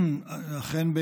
אכן,